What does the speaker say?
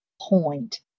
point